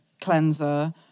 Cleanser